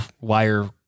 wire